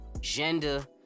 gender